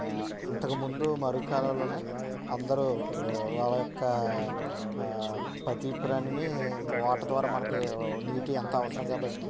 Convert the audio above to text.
అ ఇంతకుముందు మరుగు కాలవ లోనే అందరూ వాళ్ళ యొక్క పతి ప్రాణిని వాటర్ ద్వారా మనకి నీటి ఎంత అవసరం కాబట్టి